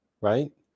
right